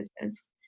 business